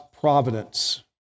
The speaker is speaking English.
providence